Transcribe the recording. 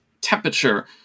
temperature